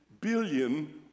billion